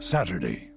Saturday